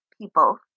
people